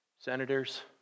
senators